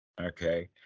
Okay